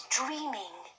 dreaming